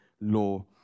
law